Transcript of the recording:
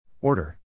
Order